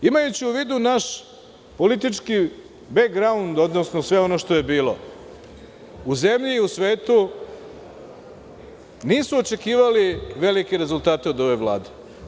Imajući u vidu naš politički „background“, odnosno sve ono što je bilo u zemlji i u svetu nisu očekivali velike rezultate od ove Vlade.